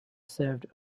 served